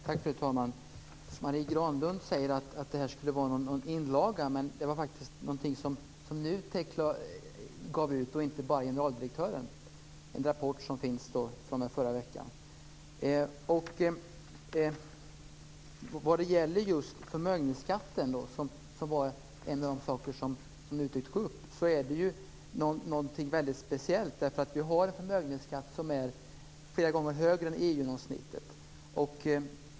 Fru talman! Marie Granlund säger att det här skulle vara någon inlaga, men det är faktiskt någonting som NUTEK gav ut och inte bara generaldirektören. Det är en rapport som finns från förra veckan. Förmögenhetsskatten, som var en av de saker som NUTEK tog upp, är någonting väldigt speciellt, därför att vi har en förmögenhetsskatt som är flera gånger högre än EU-genomsnittet.